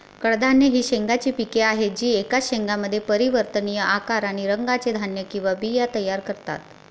कडधान्ये ही शेंगांची पिके आहेत जी एकाच शेंगामध्ये परिवर्तनीय आकार आणि रंगाचे धान्य किंवा बिया तयार करतात